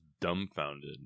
dumbfounded